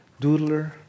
doodler